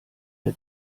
der